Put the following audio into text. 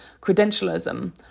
credentialism